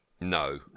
No